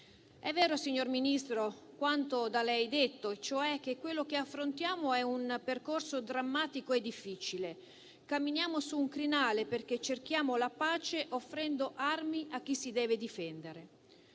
È vero, signor Ministro, quanto da lei detto e cioè che quello che affrontiamo è un percorso drammatico e difficile. Camminiamo su un crinale perché cerchiamo la pace offrendo armi a chi si deve difendere.